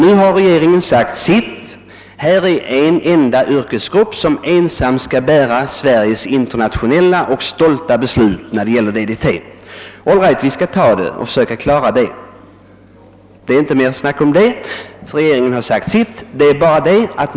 Nu har regeringen sagt sitt ord i saken: En enda yrkesgrupp skall ensam bära Sveriges internationellt uppmärksammade och stolta beslut när det gäller DDT. All right, vi skall försöka klara det — det är inte mer resonemang om det.